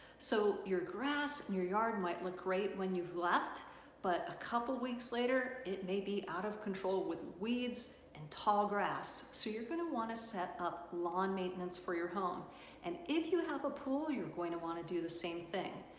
so your grass in your yard might look great when you've left but a couple weeks later it may be out of control with weeds and tall grass so you're want to set up lawn maintenance for your home and if you have a pool you're going to want to do the same thing.